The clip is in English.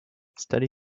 steady